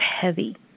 heavy